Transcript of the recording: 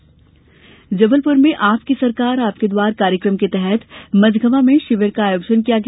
आपकी सरकार जबलपुर में आपकी सरकार आपके द्वार कार्यक्रम के तहत मझगवां में शिविर का आयोजन किया गया